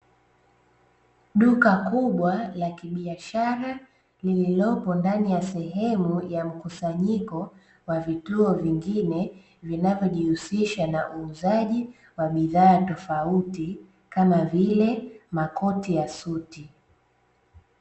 Duka kubwa la kibiashara lililopo ndani ya sehemu ya mkusanyiko wa vituo vingine vinavyojihusisha na uuzaji wa bidhaa tofauti kama vile makoti ya suti.